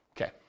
okay